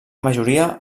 majoria